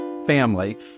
Family